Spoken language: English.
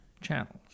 channels